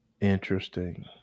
Interesting